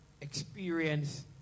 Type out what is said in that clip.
experience